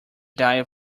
died